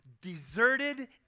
deserted